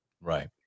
Right